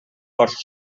força